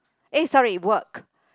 eh sorry work